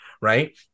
right